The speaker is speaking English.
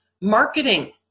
Marketing